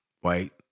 white